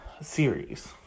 series